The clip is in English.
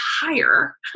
higher